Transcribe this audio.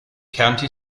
county